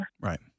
Right